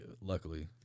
luckily